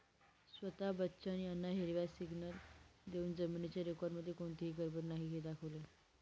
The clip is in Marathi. स्वता बच्चन यांना हिरवा सिग्नल देऊन जमिनीच्या रेकॉर्डमध्ये कोणतीही गडबड नाही हे दाखवले